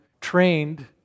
trained